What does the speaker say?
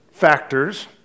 factors